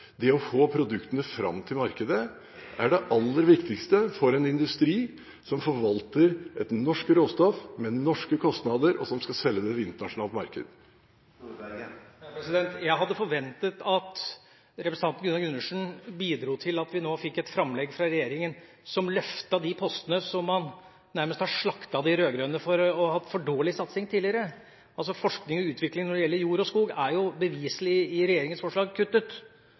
Det å få produktene fram til markedet er det aller viktigste for en industri som forvalter norsk råstoff, med norske kostnader, og som skal selge det på det internasjonale marked. Jeg hadde forventet at representanten Gunnar Gundersen bidro til at vi nå fikk et framlegg fra regjeringa som løftet de postene som man nærmest har slaktet de rød-grønne for å ha hatt for dårlig satsing på tidligere. Forskning og utvikling når det gjelder jord og skog, er jo beviselig kuttet i regjeringas forslag. De postene som skal stimulere til mer bruk av tre, er kuttet.